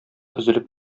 өзелеп